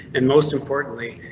and most importantly,